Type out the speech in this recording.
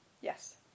Yes